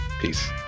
peace